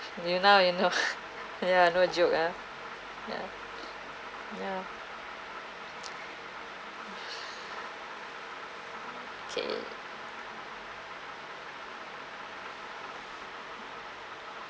you now you know ya no joke ah ya ya okay